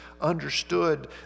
understood